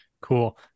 cool